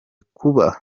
kuba